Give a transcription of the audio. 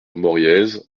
moriez